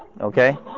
okay